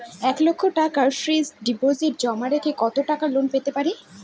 এক লক্ষ টাকার ফিক্সড ডিপোজিট জমা রেখে কত টাকা লোন পেতে পারি?